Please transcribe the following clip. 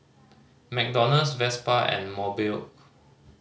McDonald's Vespa and Mobike